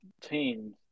teams